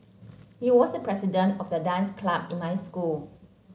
he was the president of the dance club in my school